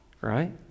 right